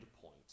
point